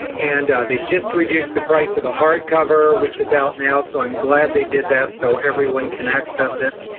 and they just reduced the price of the hard cover, which is out now, so i'm glad they did that so everyone can access it.